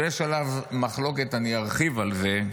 שיש עליו מחלוקת, אני ארחיב על זה,